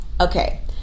Okay